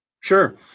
Sure